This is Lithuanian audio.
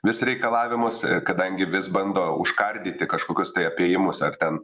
vis reikalavimus kadangi vis bando užkardyti kažkokius tai apėjimus ar ten